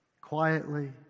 quietly